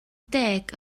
deg